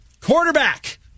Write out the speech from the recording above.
quarterback